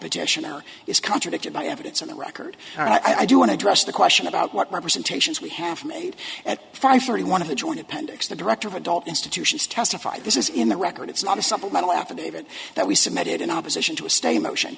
petitioner is contradicted by evidence in the record i do want to address the question about what representations we have made at five thirty one of the joint appendix the director of adult institutions testified this is in the record it's not a supplemental affidavit that we submitted in opposition to a stay in motion